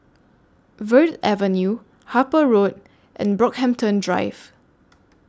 Verde Avenue Harper Road and Brockhampton Drive